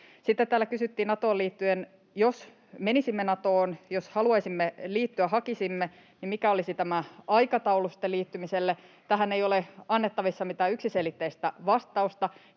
Sitten täällä kysyttiin Natoon liittyen, että jos menisimme Natoon, jos haluaisimme liittyä, hakisimme, niin mikä olisi tämä aikataulu sitten liittymiselle. Tähän ei ole annettavissa mitään yksiselitteistä vastausta.